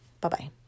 Bye-bye